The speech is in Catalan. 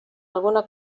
alguna